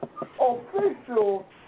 official